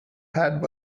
had